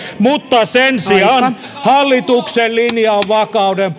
sen sijaan hallituksen linja on vakauden